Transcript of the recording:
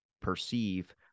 perceive